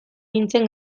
nintzen